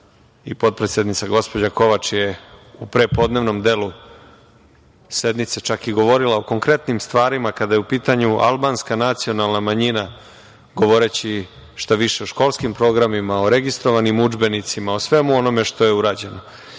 i potpredsednica, gospođa Kovač, je u prepodnevnom delu sednice čak i govorila o konkretnim stvarima, kada je u pitanju albanska nacionalna manjina, govoreći, šta više, o školskim programima, o registrovanim udžbenicima, o svemu onome što je urađeno,